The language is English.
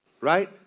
Right